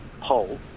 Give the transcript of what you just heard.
poll